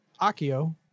Akio